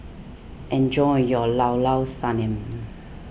enjoy your Llao Llao Sanum